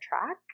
Track